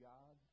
God